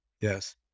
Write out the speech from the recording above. Yes